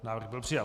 Návrh byl přijat.